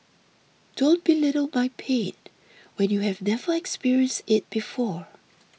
don't belittle my pain when you have never experienced it before